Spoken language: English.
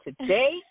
today